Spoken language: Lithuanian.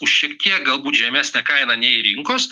už šiek tiek galbūt žemesnę kainą nei rinkos